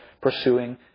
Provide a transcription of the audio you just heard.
pursuing